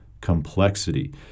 complexity